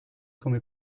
come